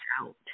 out